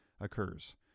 occurs